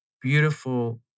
beautiful